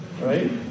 Right